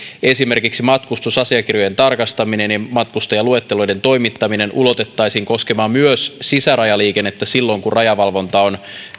esimerkiksi matkustusasiakirjojen tarkastaminen ja matkustajaluetteloiden toimittaminen ulotettaisiin koskemaan myös sisärajaliikennettä silloin kun rajavalvonta on